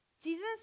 Jesus